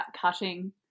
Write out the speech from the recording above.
cutting